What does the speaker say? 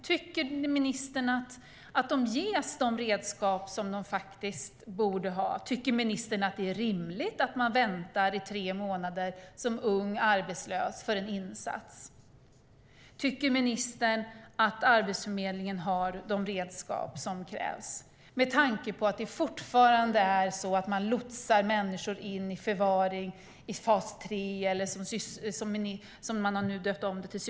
Tycker ministern att Arbetsförmedlingen ges de redskap som man borde ha? Tycker ministern att det är rimligt att man som ung arbetslös ska vänta i tre månader på en insats? Tycker ministern att Arbetsförmedlingen har de redskap som krävs med tanke på att man fortfarande lotsar människor in i förvaring i fas 3 - eller sysselsättningsfasen, som man nu har döpt om det till?